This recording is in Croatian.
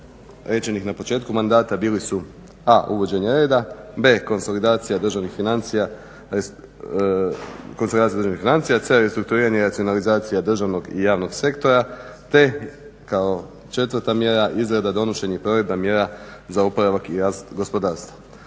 rečenih na početku mandata bili su a) uvođenje reda, b) konsolidacija državnih financija, c) restrukturiranje i racionalizacija državnog i javnog sektora te kao četvrta mjera izrada, donošenje i provedba mjera za oporavak i rast gospodarstva.